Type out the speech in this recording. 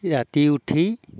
ৰাতি উঠি